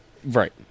Right